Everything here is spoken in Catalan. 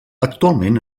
actualment